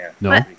No